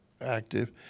Active